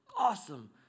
awesome